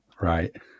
Right